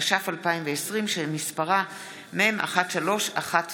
התש"ף 2020, שמספרה מ/1319.